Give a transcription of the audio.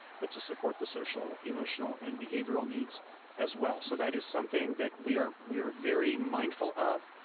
but to support the social, emotional, and behavioral needs as well. so that is something that we are we are very mindful of.